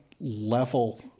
level